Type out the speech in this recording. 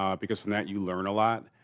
um because from that you learn a lot.